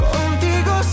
Contigo